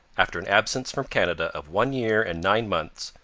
after an absence from canada of one year and nine months,